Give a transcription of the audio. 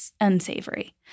unsavory